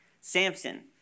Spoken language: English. Samson